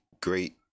great